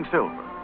Silver